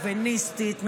ממשלה שוביניסטית,